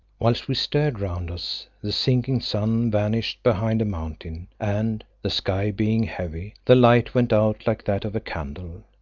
whilst we stared round us the sinking sun vanished behind a mountain and, the sky being heavy, the light went out like that of a candle.